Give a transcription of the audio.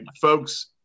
folks